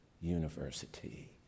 University